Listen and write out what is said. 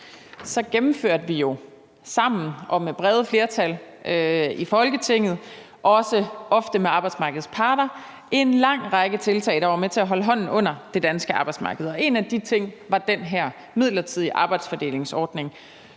gennemførte vi jo sammen med brede flertal her i Folketinget og ofte også med arbejdsmarkedets parter en lang række tiltag, der var med til at holde hånden under det danske arbejdsmarked. En af de ting var den her midlertidige arbejdsfordelingsordning,